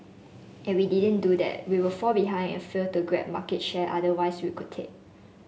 if we didn't do that we would fall behind and fail to grab market share otherwise we could take